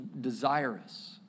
desirous